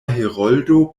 heroldo